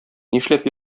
нишләп